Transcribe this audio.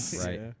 Right